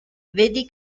vedi